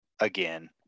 again